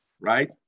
right